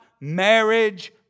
marriage